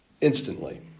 instantly